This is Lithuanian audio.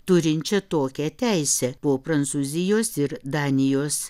turinčia tokią teisę po prancūzijos ir danijos